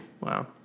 Wow